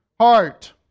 heart